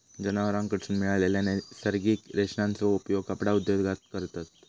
जनावरांकडसून मिळालेल्या नैसर्गिक रेशांचो उपयोग कपडा उद्योगात करतत